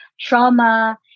trauma